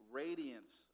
radiance